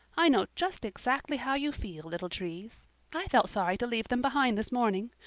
i know just exactly how you feel, little trees i felt sorry to leave them behind this morning.